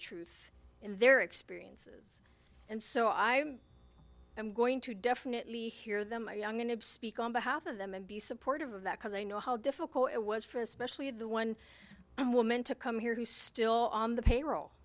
truth in their experiences and so i am going to definitely hear them my young going to speak on behalf of them and be supportive of that because i know how difficult it was for especially the one woman to come here who still on the payroll